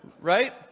right